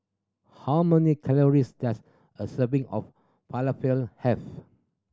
how many calories does a serving of Falafel have